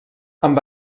amb